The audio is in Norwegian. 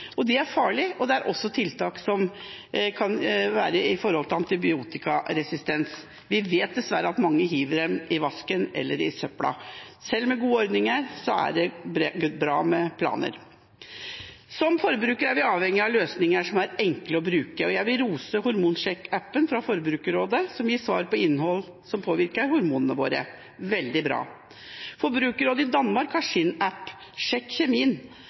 er farlige, og dette kan også være et tiltak mot antibiotikaresistens. Vi vet dessverre at mange hiver legemidler i vasken eller i søpla. Selv med gode ordninger er det bra med planer. Som forbrukere er vi avhengige av løsninger som er enkle å bruke, og jeg vil rose hormonsjekk-appen fra Forbrukerrådet, som gir svar om innhold som påvirker hormonene våre. Det er veldig bra. Forbrukerrådet i Danmark har